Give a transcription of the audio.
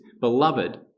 Beloved